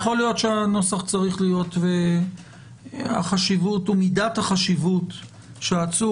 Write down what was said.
יכול להיות שהנוסח צריך להיות החשיבות או מידת החשיבות שהעצור